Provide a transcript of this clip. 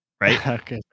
right